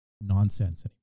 nonsense